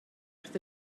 wrth